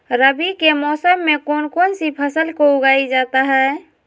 रवि के मौसम में कौन कौन सी फसल को उगाई जाता है?